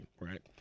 right